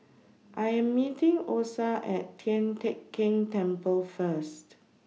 I Am meeting Osa At Tian Teck Keng Temple First